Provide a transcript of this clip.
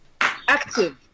active